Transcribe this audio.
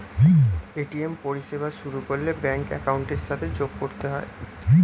ATM পরিষেবা শুরু করলে ব্যাঙ্ক অ্যাকাউন্টের সাথে যোগ করতে হয়